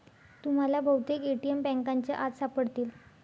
तुम्हाला बहुतेक ए.टी.एम बँकांच्या आत सापडतील